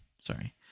Sorry